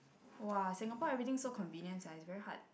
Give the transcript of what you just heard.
!whoa! Singapore everything so convenient sia it's very hard